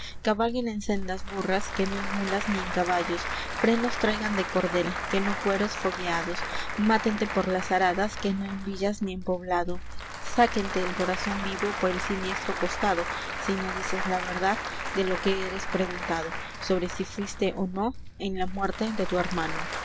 cabalguen en sendas burras que no en mulas ni en caballos frenos traigan de cordel que no cueros fogueados mátente por las aradas que no en villas ni en poblado sáquente el corazón vivo por el siniestro costado si no dices la verdad de lo que eres preguntado sobre si fuíste ó no en la muerte de tu hermano